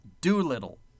Doolittle